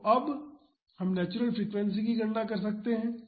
तो अब हम नेचुरल फ्रीक्वेंसी की गणना कर सकते हैं